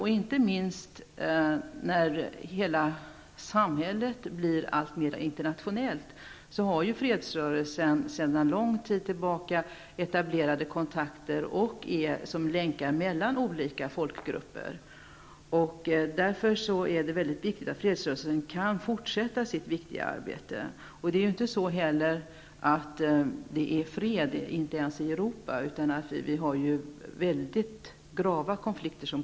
Hela samhället blir nu alltmer internationellt. Fredsrörelsen har sedan lång tid tillbaka etablerade kontakter, och den fungerar som länk mellan olika folkgrupper. Därför är det angeläget att folkrörelserna kan fortsätta sitt viktiga arbete. Det råder ju inte fred i Europa, utan det pågår väldigt allvarliga konflikter.